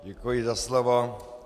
Děkuji za slovo.